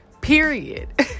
period